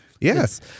yes